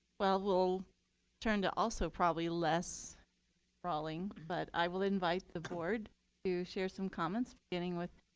well, we'll turn to also probably less brawling, but i will invite the board to share some comments beginning with